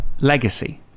Legacy